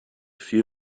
few